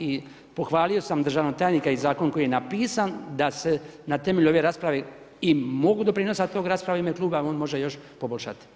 I pohvalio sam državnog tajnika i zakon koji je napisan da se na temelju ove rasprave i mogu doprinositi toj raspravi u ime kluba a on može još poboljšati.